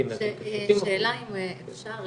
שאלה, אם אפשר רגע.